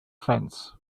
fence